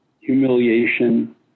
humiliation